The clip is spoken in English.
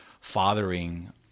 fathering